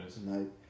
No